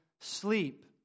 sleep